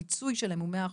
המיצוי שלהם הוא מאה אחוז,